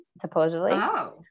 supposedly